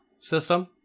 system